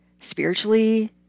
spiritually